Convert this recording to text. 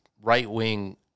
right-wing